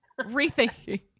rethinking